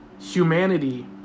Humanity